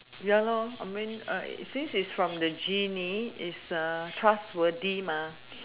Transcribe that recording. ya I mean if it's from the genie it is trustworthy